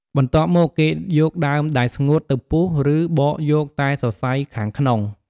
បន្ទាប់មកគេយកដើមដែលស្ងួត ទៅពុះ ឬបកយកតែសរសៃខាងក្នុង។